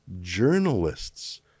journalists